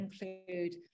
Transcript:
include